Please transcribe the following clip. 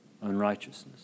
unrighteousness